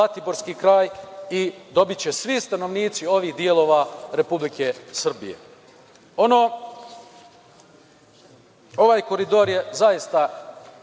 i dobiće svi stanovnici ovih delova Republike Srbije. Ovaj koridor je zaista